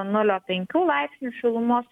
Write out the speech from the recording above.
nulio penkių laipsnių šilumos